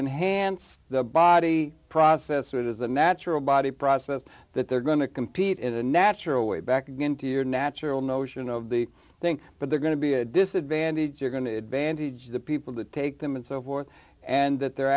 enhance the body process it is a natural body process that they're going to compete in a natural way back again to your natural notion of the thing but they're going to be a disadvantage you're going to bandage the people to take them and so forth and that they're